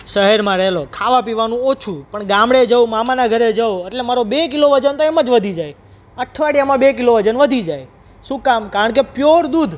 શહેરમાં રહેલો ખાવા પીવાનું ઓછું પણ ગામડે જાઉં મામાનાં ઘરે જાઉં એટલે મારો બે કિલો વજન તો એમ જ વધી જાય અઠવાડિયામાં બે કિલો વજન વધી જાય શું કામ કારણ કે પ્યોર દૂધ